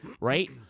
Right